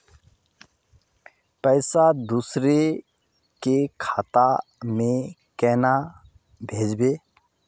पैसा दूसरे के खाता में केना भेजबे?